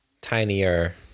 tinier